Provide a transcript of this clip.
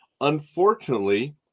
Unfortunately